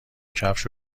کفش